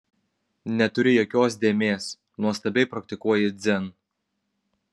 neturi jokios dėmės nuostabiai praktikuoji dzen